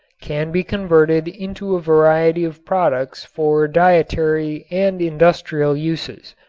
can be converted into a variety of products for dietary and industrial uses.